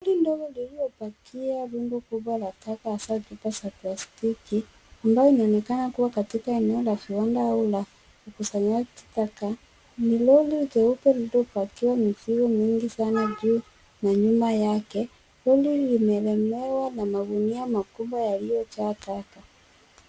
Gari ndogo lililopakia rundo kubwa la taka hasa pipa za plastiki ambayo inaonekana kuwa katika eneo la viwanda au la ukusanyaji wa taka. Ni lori jeupe lililopakiwa mizigo mingi sana juu na nyuma yake. Lori limelemewa na magunia makubwa yaliyojaa taka.